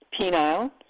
penile